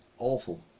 awful